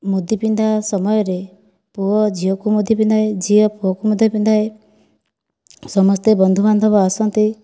ମୁଦି ପିନ୍ଧା ସମୟରେ ପୁଅ ଝିଅକୁ ମୁଦି ପିନ୍ଧାଏ ଝିଅ ପୁଅକୁ ମୁଦି ପିନ୍ଧାଏ ସମସ୍ତେ ବନ୍ଧୁ ବାନ୍ଧବ ଆସନ୍ତି